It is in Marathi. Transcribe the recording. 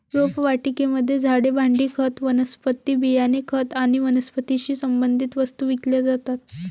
रोपवाटिकेमध्ये झाडे, भांडी, खत, वनस्पती बियाणे, खत आणि वनस्पतीशी संबंधित वस्तू विकल्या जातात